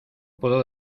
puedo